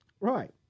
Right